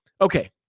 Okay